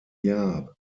jahr